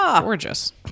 Gorgeous